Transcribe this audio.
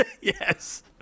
yes